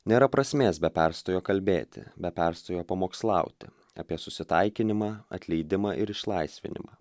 nėra prasmės be perstojo kalbėti be perstojo pamokslauti apie susitaikinimą atleidimą ir išlaisvinimą